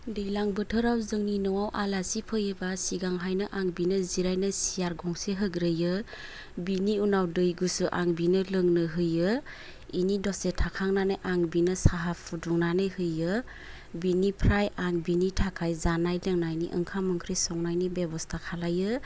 दैलां बोथोराव जोंनि न'वाव आलासि फैयोबा सिगांहायनो आं बिनो जिरायनो सियार गंसे होग्रोयो बिनि उना दै गुसु आं बिनो लोंनो होयो इनि दसे थाखांनानै आं बिनो साहा फुदुंनानै होयो बिनिफ्राय आं बिनि थाखाय जानाय लोंनायनि ओंखाम ओंख्रि संनायनि बेबस्था खालायो